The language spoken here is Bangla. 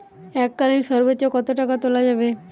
এককালীন সর্বোচ্চ কত টাকা তোলা যাবে?